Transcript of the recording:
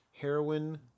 heroin